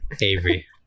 avery